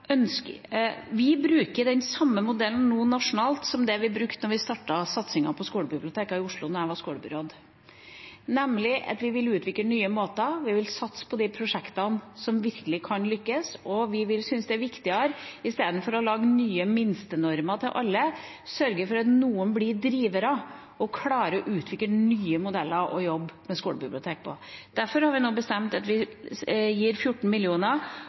Vi bruker den samme modellen nå nasjonalt som den vi brukte da vi startet satsingen på skolebibliotekene i Oslo da jeg var skolebyråd, nemlig at vi vil utvikle nye måter, vi vil satse på de prosjektene som virkelig kan lykkes, og vi syns det er viktigere – i stedet for å lage nye minstenormer til alle – å sørge for at noen blir drivere og klarer å utvikle nye modeller å jobbe med skolebibliotek på. Derfor har vi nå bestemt at vi gir 14